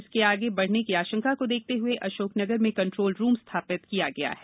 इसके आगे बढ़ने की आशंका को देखते हए अशोकनगर में कंट्रोल रूप स्थापित किया गया है